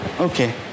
okay